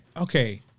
Okay